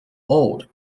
old